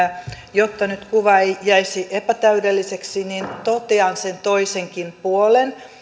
jotta nyt kuva ei jäisi epätäydelliseksi kuitenkin totean sen toisenkin puolen